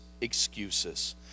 excuses